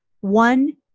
One